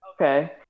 Okay